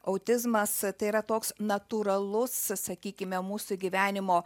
autizmas tai yra toks natūralus sakykime mūsų gyvenimo